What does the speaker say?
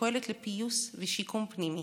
שפועלת לפיוס ולשיקום פנימי,